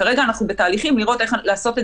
וכרגע אנחנו בתהליכים לראות איך לעשות את